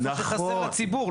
איפה שחסר לציבור.